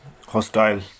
hostile